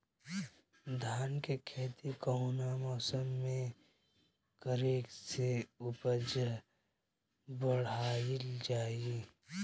धान के खेती कौन मौसम में करे से उपज बढ़ाईल जाई?